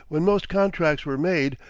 when most contracts were made,